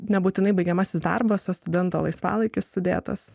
nebūtinai baigiamasis darbas ar studento laisvalaikis sudėtas